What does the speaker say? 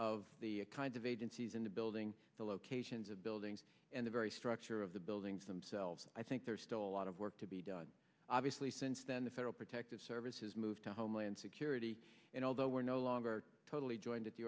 of the kind of agencies in the building the locations of buildings and the very structure of the things themselves i think there's still a lot of work to be done obviously since then the federal protective service has moved to homeland security and although we're no longer totally joined at the